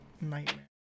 nightmare